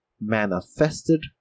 manifested